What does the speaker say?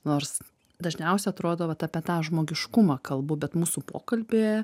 nors dažniausia atrodo vat apie tą žmogiškumą kalbu bet mūsų pokalbyje